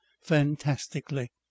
fantastically